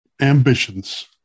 ambitions